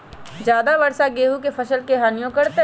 ज्यादा वर्षा गेंहू के फसल के हानियों करतै?